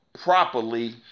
properly